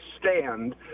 stand